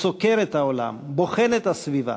הוא סוקר את העולם, בוחן את הסביבה,